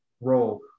role